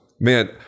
Man